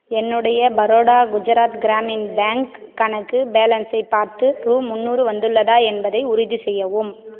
என்னுடைய பரோடா குஜராத் க்ராமின் பேங்க் கணக்கு பேலன்ஸை பார்த்து ரூ முந்நூறு வந்துள்ளதா என்பதை உறுதிசெய்யவும்